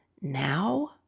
now